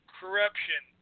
corruption